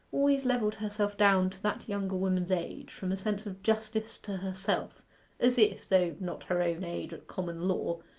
always levelled herself down to that younger woman's age from a sense of justice to herself as if, though not her own age at common law,